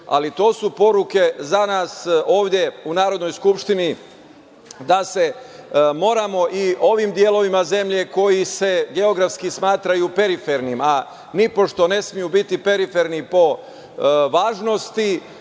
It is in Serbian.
više. To su poruke za nas ovde u Narodnoj skupštini, da se moramo i ovim delovima zemlje koji se geografski smatraju perifernim, a nipošto ne smeju biti periferni po važnosti,